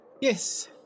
Yes